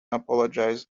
apologized